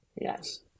yes